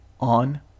on